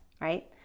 right